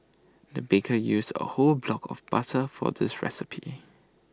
the baker used A whole block of butter for this recipe